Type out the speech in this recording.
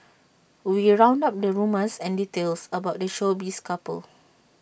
we round up the rumours and details about the showbiz couple